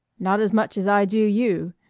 not as much as i do you,